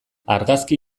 argazki